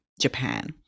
Japan